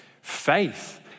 faith